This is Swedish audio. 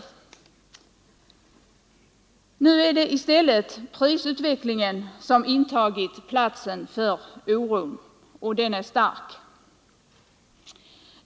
Nu är det i stället prisutvecklingen som intagit platsen för oron, som är stark.